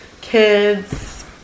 kids